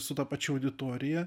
su ta pačia auditorija